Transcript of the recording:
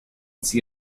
see